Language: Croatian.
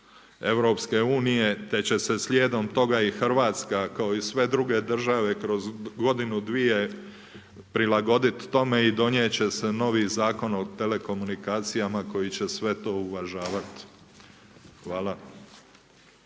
i okvir EU, te će slijedom toga i Hrvatska kao i sve druge države, kroz godinu, dvije, prilagoditi tome i donijeti će se novi Zakon o telekomunikacijama koji će sve to uvažavati. Hvala.